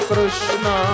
Krishna